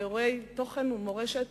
באירועי תוכן ומורשת